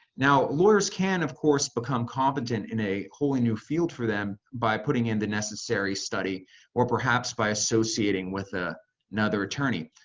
now, lawyers can of course become competent in a wholly new field for them by putting in the necessary study or perhaps by associating with a another attorney.